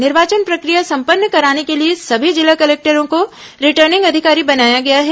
निर्वाचन प्रक्रिया संपन्न कराने के लिए सभी जिला कलेक्टरों को रिटर्निंग अधिकारी बनाया गया है